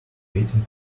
getting